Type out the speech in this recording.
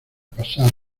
pasar